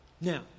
Now